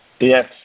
Yes